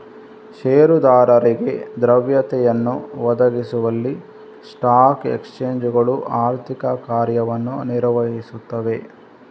ಷೇರುದಾರರಿಗೆ ದ್ರವ್ಯತೆಯನ್ನು ಒದಗಿಸುವಲ್ಲಿ ಸ್ಟಾಕ್ ಎಕ್ಸ್ಚೇಂಜುಗಳು ಆರ್ಥಿಕ ಕಾರ್ಯವನ್ನು ನಿರ್ವಹಿಸುತ್ತವೆ